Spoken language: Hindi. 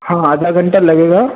हाँ आधा घंटा लगेगा